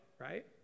right